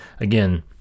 again